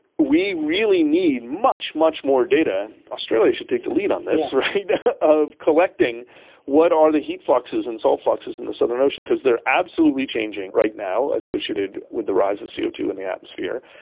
we really need much, much more data. australia should take the lead on this, of collecting what are the heat fluxes and salt fluxes in the southern ocean because they are absolutely changing right now, associated with the rise of c o two in the atmosphere,